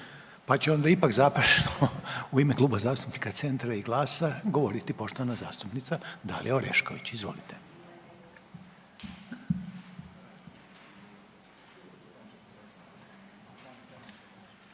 pa će onda ipak završno u ime Kluba zastupnika Centra i GLAS-a govoriti poštovana zastupnica Dalija Orešković, izvolite.